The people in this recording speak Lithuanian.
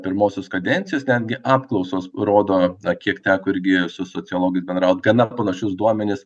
pirmosios kadencijos netgi apklausos rodo na kiek teko irgi su sociologais bendraut gana panašius duomenis